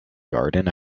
garden